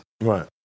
Right